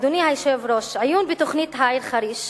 אדוני היושב-ראש, עיון בתוכנית העיר חריש